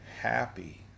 happy